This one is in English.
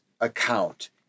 account